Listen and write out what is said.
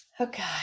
Okay